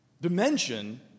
dimension